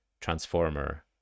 Transformer